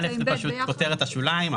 זאת כותרת השוליים.